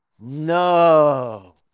No